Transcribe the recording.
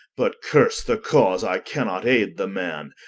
but curse the cause i cannot ayde the man.